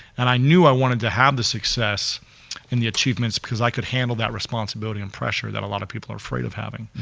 and i knew i wanted to have a success and the achievements, because i could handle that responsibility and pressure that a lot of people are afraid of having.